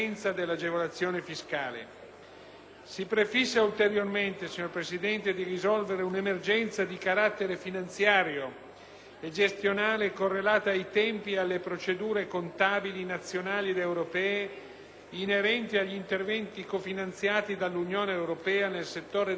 Si prefigge ulteriormente di risolvere un'emergenza di carattere finanziario e gestionale correlata ai tempi e alle procedure contabili nazionali ed europee, inerenti agli interventi cofinanziati dall'Unione europea nel settore della pesca e dell'agricoltura.